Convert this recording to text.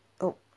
oh